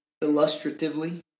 illustratively